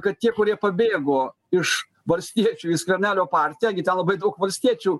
kad tie kurie pabėgo iš valstiečių į skvernelio partiją gi ten labai daug valstiečių